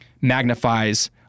magnifies